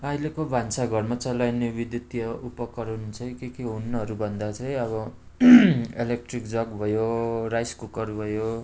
अहिलेको भान्साघरमा चलाइने विद्युतीय उपकरण चाहिँ के के हुन् हरू भन्दा चाहिँ अब इलेक्ट्रिक जग भयो राइस कुकर भयो